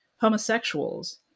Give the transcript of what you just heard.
homosexuals